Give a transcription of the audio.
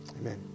Amen